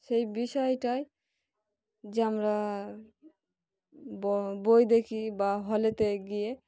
সেই বিষয়টাই যে আমরা বই দেখি বা হলেতে গিয়ে